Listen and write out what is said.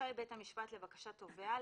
רשאי בית המשפט לבקשת תובע,